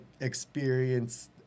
experience